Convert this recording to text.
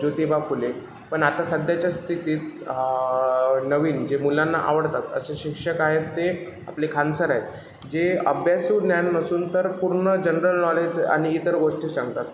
ज्योतिबा फुले पण आता सध्याच्या स्थितीत नवीन जे मुलांना आवडतात असे शिक्षक आहेत ते आपले खान सर आहेत जे अभ्यासू ज्ञान नसून तर पूर्ण जनरल नॉलेज आणि इतर गोष्टी सांगतात